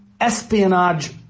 espionage